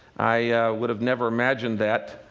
i would have never imagined that.